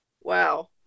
wow